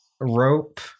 Rope